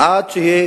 עד שתהיה